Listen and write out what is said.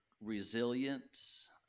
resilience